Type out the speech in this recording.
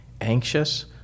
anxious